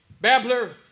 babbler